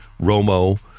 Romo